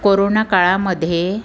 corona काळामध्ये